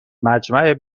مجمع